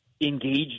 engaged